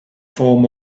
form